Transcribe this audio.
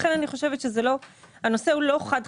לכן אני חושבת שהנושא הוא לא חד-חד-ערכי.